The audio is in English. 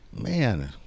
man